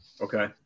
Okay